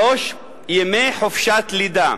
3. ימי חופשת לידה,